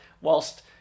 whilst